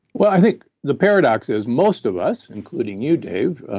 well i think the paradox is most of us, including you, dave,